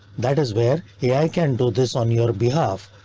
that is where he i can do this on your behalf.